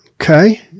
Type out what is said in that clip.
Okay